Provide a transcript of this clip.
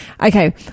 Okay